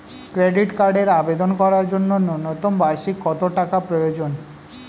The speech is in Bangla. ক্রেডিট কার্ডের আবেদন করার জন্য ন্যূনতম বার্ষিক কত টাকা প্রয়োজন?